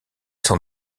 sont